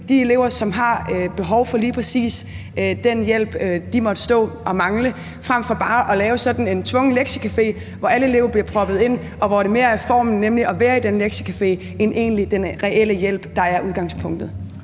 de elever, som har behov for hjælp til lige præcis det, de måtte stå og mangle, frem for bare at lave sådan en tvungen lektiecafé, hvor alle elever bliver proppet ind, og hvor det mere er formen, nemlig at være i den lektiecafé, end egentlig den reelle hjælp, der er udgangspunktet.